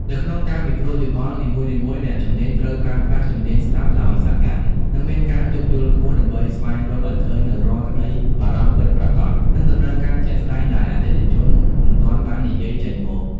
នៅក្នុងការពិគ្រោះយោបល់នីមួយៗ អ្នកជំនាញត្រូវប្រើប្រាស់ជំនាញស្ដាប់ដោយសកម្ម និងមានការយោគយល់ខ្ពស់ ដើម្បីស្វែងរកឱ្យឃើញនូវរាល់ក្ដីបារម្ភពិតប្រាកដ និងតម្រូវការជាក់ស្ដែងដែលអតិថិជនមិនទាន់បាននិយាយចេញមក។